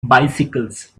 bicycles